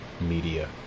media